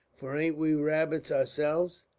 for ain't we rabbits ourselves?